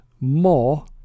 more